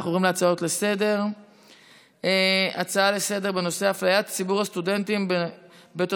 ואנחנו עוברים להצעות לסדר-היום בנושא: אפליית ציבור הסטודנטים בתוספת